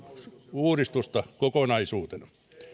uudistusta kokonaisuutena